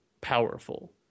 powerful